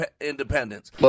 independence